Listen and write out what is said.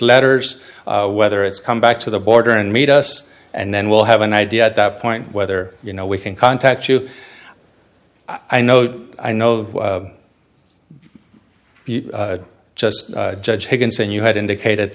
letters whether it's come back to the border and meet us and then we'll have an idea at that point whether you know we can contact you i know i know that just judge dickinson you had indicated